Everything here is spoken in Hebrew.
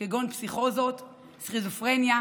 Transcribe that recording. כגון פסיכוזות, סכיזופרניה,